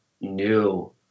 new